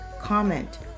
comment